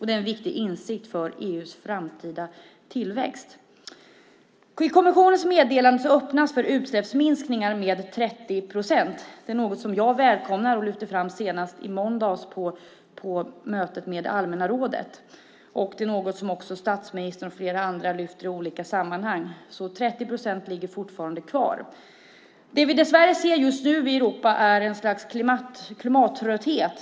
Det är en viktig insikt när det gäller EU:s framtida tillväxt. I kommissionens meddelande öppnas det för utsläppsminskningar med 30 procent. Det är något som jag välkomnar och som jag lyfte fram senast i måndags på mötet i allmänna rådet. Det är något som också statsministern och flera andra lyfter fram i olika sammanhang. 30 procent ligger alltså fortfarande kvar. Det vi dess värre just nu ser i Europa är ett slags klimattrötthet.